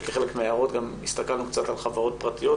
כחלק מההערות הסתכלנו קצת על חברות פרטיות